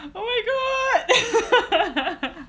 oh my god